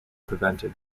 prevented